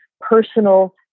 personal